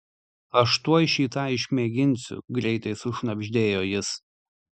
aš tuoj šį tą išmėginsiu greitai sušnabždėjo jis